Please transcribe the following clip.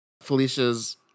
Felicia's